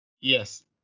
Yes